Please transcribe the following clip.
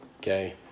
okay